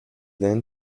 then